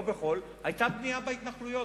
לא בכל המקומות היתה בנייה בהתנחלויות,